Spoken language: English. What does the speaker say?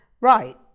right